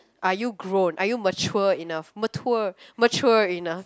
are you grown are you mature enough mature mature enough